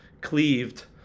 cleaved